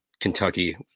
Kentucky